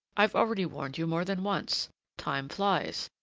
i've already warned you more than once time flies,